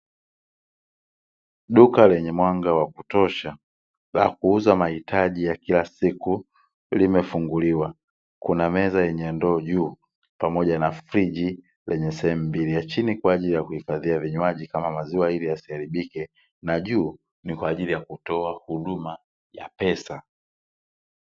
Duka lenye mwanga wa kutosha la kuuza mahitaji ya kila siku limefunguliwa, kuna meza yenye ndoo juu pamoja na friji lenye sehemu mbili ya chini kwa ajili ya kuhifadhi vinywaji kama maziwa ili yasiharibike, na juu ni kwa ajili ya kutoa huduma ya pesa.